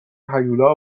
هیولا